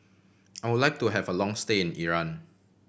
I would like to have a long stay in Iran